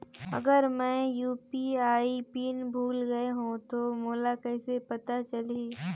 अगर मैं UPI PIN भुल गये हो तो मोला कइसे पता चलही?